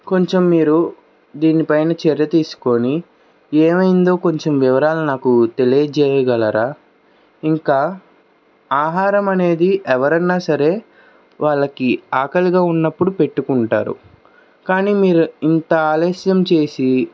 కొంచెం మీరు దీనిపైన చర్య తీసుకుని ఏమైందో కొంచెం వివరాలను నాకు తెలియజేయగలరా ఇంకా ఆహారం అనేది ఎవరైనా సరే వాళ్ళకి ఆకలిగా ఉన్నప్పుడు పెట్టుకుంటారు కానీ మీరు ఇంత ఆలస్యం చేసి